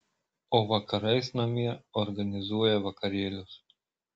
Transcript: o vakarais namie organizuoja vakarėlius